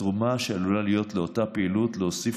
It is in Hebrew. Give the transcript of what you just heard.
התרומה שעלולה להיות לאותה פעילות להוסיף